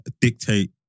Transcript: dictate